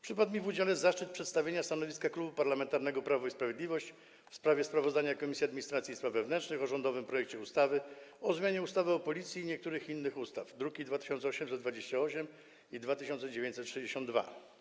Przypadł mi w udziale zaszczyt przedstawienia stanowiska Klubu Parlamentarnego Prawo i Sprawiedliwość w sprawie sprawozdania Komisji Administracji i Spraw Wewnętrznych o rządowym projekcie ustawy o zmianie ustawy o Policji oraz niektórych innych ustaw, druki nr 2828 i 2962.